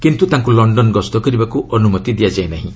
କିନ୍ତୁ ତାଙ୍କୁ ଲଣ୍ଡନ୍ ଗସ୍ତ କରିବାକୁ ଅନୁମତି ଦିଆଯାଇ ନାହିଁ